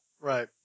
Right